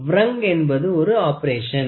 வ்ருங் என்பது ஒரு ஆபரேஷன்